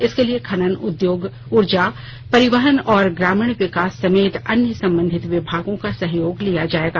इसके लिए खनन उद्योग ऊर्जा परिवहन और ग्रामीण विकास समेत अन्य संबंधित विभागों का सहयोग लिया जाएगा